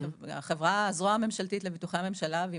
שהיא הזרוע הממשלתית לביטוחי הממשלה והיא